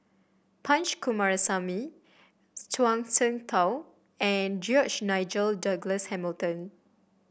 Punch Coomaraswamy Zhuang Shengtao and George Nigel Douglas Hamilton